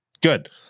Good